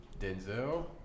Denzel